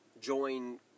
join